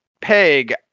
peg